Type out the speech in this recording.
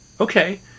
Okay